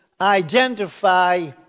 identify